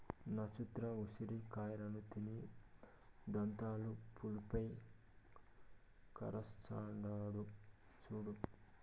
నచ్చత్ర ఉసిరి కాయలను తిని దంతాలు పులుపై కరస్తాండాడు సూడు